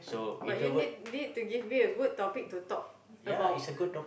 but you need need to give me a good topic to talk about